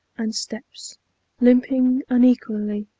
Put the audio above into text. and steps limping unequally,